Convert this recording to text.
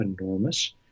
enormous